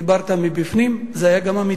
דיברת מבפנים, זה היה גם אמיתי,